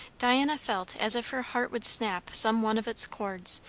diana felt as if her heart would snap some one of its cords,